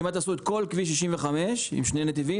כמעט עשו את כל כביש 65 עם שני נתיבים,